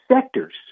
sectors